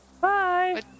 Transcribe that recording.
Bye